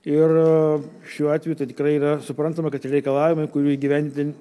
ir šiuo atveju tai tikrai yra suprantama kad tai reikalavimai kurių įgyvendinti